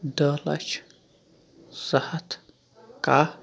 دٔہ لَچھ زٕ ہَتھ کَہہ